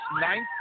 ninth